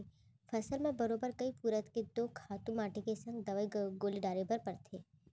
फसल म बरोबर कइ पुरूत के तो खातू माटी के संग दवई गोली डारे बर परथे